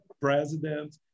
president